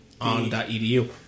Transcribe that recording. On.edu